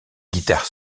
guitares